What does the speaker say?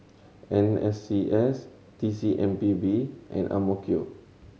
N S C S T C M P B and AMK